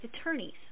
attorneys